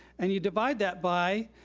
and you divide that by,